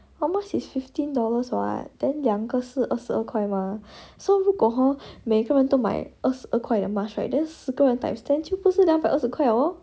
one mask is fifteen dollars [what] then 两个是二十二块 mah so 如果 hor 每个人都买二十二块的 mask right then 十个人 times ten 就两百二十块 liao lor